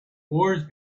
wars